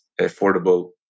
affordable